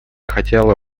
хотела